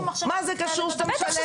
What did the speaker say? מה זה קשור שאתה משלם?